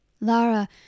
Lara